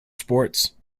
sports